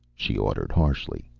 she ordered harshly.